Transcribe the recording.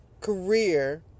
career